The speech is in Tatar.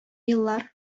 еллар